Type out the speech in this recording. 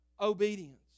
obedience